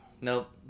Nope